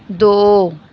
ਦੋ